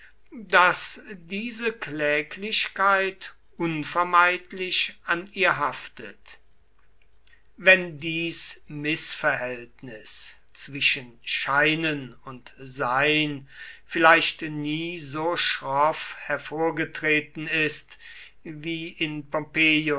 daß diese kläglichkeit unvermeidlich an ihr haftet wenn dies mißverhältnis zwischen scheinen und sein vielleicht nie so schroff hervorgetreten ist wie in